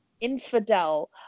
infidel